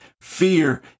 Fear